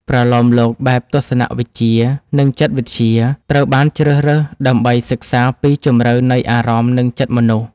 ប្រលោមលោកបែបទស្សនវិជ្ជា និងចិត្តវិទ្យា ត្រូវបានជ្រើសរើសដើម្បីសិក្សាពីជម្រៅនៃអារម្មណ៍ និងចិត្តមនុស្ស។